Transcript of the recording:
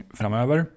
framöver